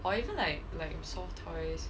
or even like like soft toys